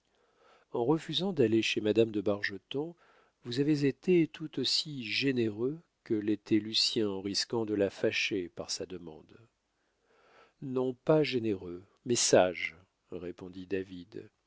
en refusant d'aller chez madame de bargeton vous avez été tout aussi généreux que l'était lucien en risquant de la fâcher par sa demande non pas généreux mais sage répondit david